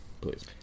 Please